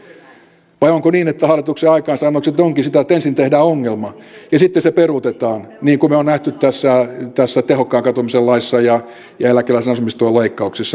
vai onko niin että hallituksen aikaansaannokset ovatkin sitä että ensin tehdään ongelma ja sitten se peruutetaan niin kuin me olemme nähneet tässä tehokkaan katumisen laissa ja eläkeläisen asumistuen leikkauksessa